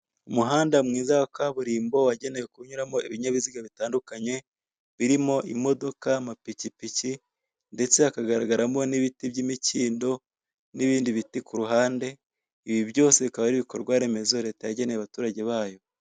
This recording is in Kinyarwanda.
Umuhanda mwiza wa kaburimbo wajyenewe kunyuramo ibinyabiziga bitandukanye birimo imodoko, amapikipiki ndetse hakagaragaramo n'ibiti by'imikindo nibindi biti kuruhande ibibyose bikaba ari ibikorwa remezo leta yajyeneye abaturage bayo.